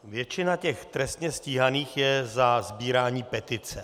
Většina těch trestně stíhaných je za sbírání petice.